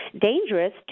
dangerous